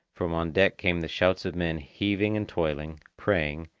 from on deck came the shouts of men heaving and toiling, praying,